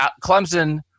Clemson